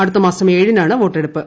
അടുത്തമാസം ഏഴിനാണ് വോട്ടെടുപ്പ്